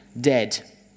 dead